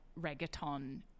reggaeton